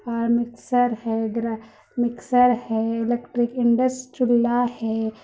اور مکسر ہے مکسر ہے الیکٹرک انڈکس چھولھا ہے